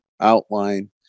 outline